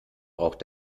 braucht